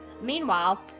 meanwhile